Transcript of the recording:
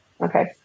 Okay